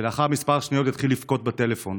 ולאחר כמה שניות התחיל לבכות בטלפון,